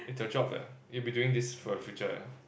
it's your job leh you'll be doing this for your future eh